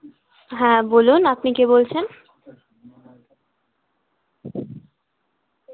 হ্যাঁ বলুন আপনি কে বলছেন